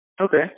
Okay